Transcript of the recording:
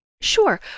Sure